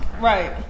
Right